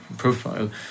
profile